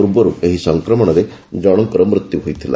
ପୂର୍ବରୁ ଏହି ସଂକ୍ରମଣରେ ଜଣଙ୍କର ମୃତ୍ୟୁ ହୋଇଥିଲା